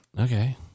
okay